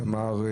תמר,